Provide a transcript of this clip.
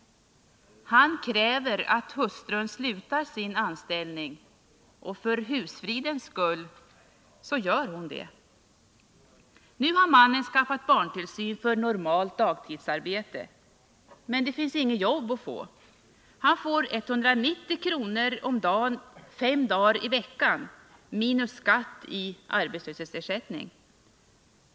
Han kräver att hustrun slutar sin anställning, och för husfridens skull gör hon det. Nu har mannen skaffat barntillsyn för normalt dagtidsarbete, men det finns inget jobb att få. I arbetslöshetsersättning får han fem dagar i veckan 190 kr. om dagen minus skatt.